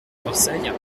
marseille